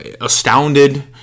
astounded